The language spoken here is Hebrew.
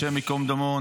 השם ייקום דמו,